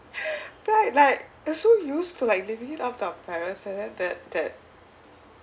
but like like you're so used to like leaving it up to our parents and then that that